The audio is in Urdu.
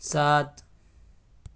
سات